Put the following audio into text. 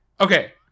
Okay